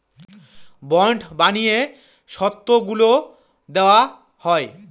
bond বানিয়ে শর্তগুলা দেওয়া হয়